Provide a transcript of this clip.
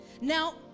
Now